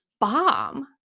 bomb